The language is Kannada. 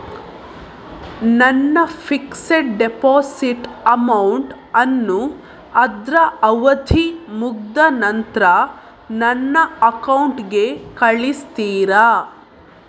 ನನ್ನ ಫಿಕ್ಸೆಡ್ ಡೆಪೋಸಿಟ್ ಅಮೌಂಟ್ ಅನ್ನು ಅದ್ರ ಅವಧಿ ಮುಗ್ದ ನಂತ್ರ ನನ್ನ ಅಕೌಂಟ್ ಗೆ ಕಳಿಸ್ತೀರಾ?